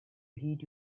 heed